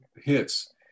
hits